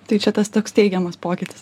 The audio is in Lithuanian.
tai čia tas toks teigiamas pokytis